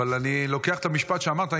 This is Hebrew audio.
אבל אני לוקח את המשפט שאמרת,